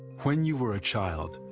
when you were a child,